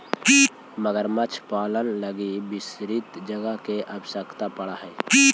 मगरमच्छ पालन लगी विस्तृत जगह के आवश्यकता पड़ऽ हइ